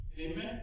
Amen